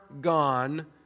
gone